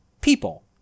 People